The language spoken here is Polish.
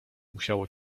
musiało